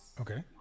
Okay